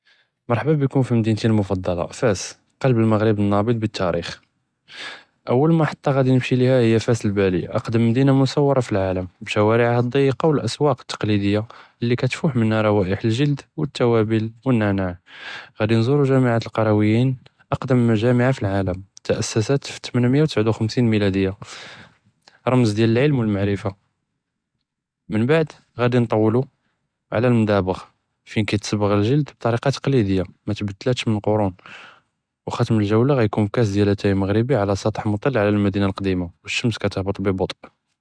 מרחבא ביקם פמדינתי אלמפקדלה פאס קלב אלמגרב אלנאבד בלתאריכ, אוול מחטה חדי נמשי ליהה היא פאס אלבריאה אקדם מדינה מסורה פלעלם בשוואריהא אלדציגה ואסוואק אלתקלידיה אללי קאטפוח מינהא רוואיח דַלג'לד ותובאל ונענע. גאדי נזורו ג'אמעת אלקרוויין אקדם ג'אמעה פלעלם תאססת פתמנמיה ותסעה וחשם מילאדיה רמז דיאל אלעלם ולמעرفة, מנבעד גאדי נטוולו על אלנדאבע פין קאיטסבג אלג'לד ביטריקה תקלידיה מתבדלתש מן קורון, וחתם אלג'ולה גאיקון בקאס דיאל אטאי מג'רבי על סטח מטל על אלמדינה אלקדימה ושמש קאיתהבט בבטו'.